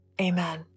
amen